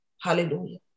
Hallelujah